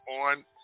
on